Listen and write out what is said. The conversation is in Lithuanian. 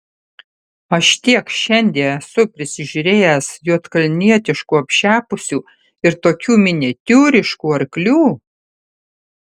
aš tiek šiandie esu pasižiūrėjęs juodkalnietiškų apšepusių ir tokių miniatiūriškų arklių